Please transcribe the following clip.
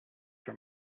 for